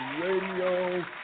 Radio